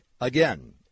Again